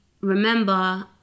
remember